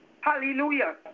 Hallelujah